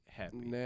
happy